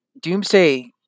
Doomsay